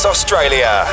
Australia